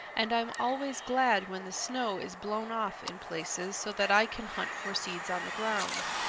and i'm always glad when the snow is blown off in places so that i can hunt for seeds on the ground.